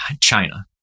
China